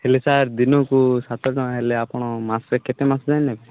ହେଲେ ସାର୍ ଦିନକୁ ସାତ ଟଙ୍କା ହେଲେ ମାସ କେତେ ମାସ ଯାଏ ନେବେ